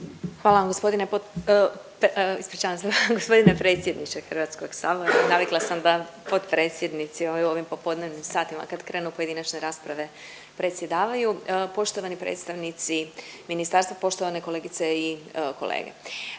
ispričavam se g. predsjedniče HS-a, navikla sam da potpredsjednici u ovim popodnevnim satima kad krenu pojedinačne rasprave predsjedavaju. Poštovani predstavnici ministarstva, poštovane kolegice i kolege.